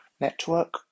Network